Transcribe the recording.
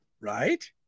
right